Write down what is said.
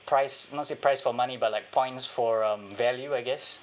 price not say price for money but like points for um value I guess